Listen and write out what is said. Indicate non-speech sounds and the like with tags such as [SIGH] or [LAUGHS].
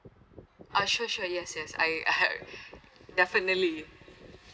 uh sure sure yes yes I I [LAUGHS] definitely